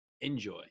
enjoy